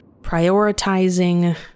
prioritizing